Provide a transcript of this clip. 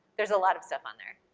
there's a lot of stuff on there.